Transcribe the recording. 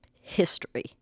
history